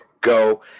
go